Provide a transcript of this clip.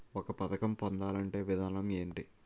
ఒక పథకం పొందాలంటే విధానం ఏంటి?